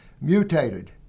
mutated